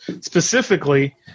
Specifically